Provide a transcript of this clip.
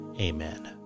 Amen